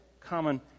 Common